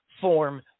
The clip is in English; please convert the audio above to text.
form